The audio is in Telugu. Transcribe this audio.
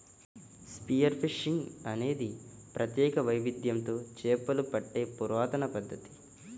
స్పియర్ ఫిషింగ్ అనేది ప్రత్యేక వైవిధ్యంతో చేపలు పట్టే పురాతన పద్ధతి